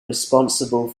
responsible